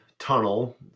tunnel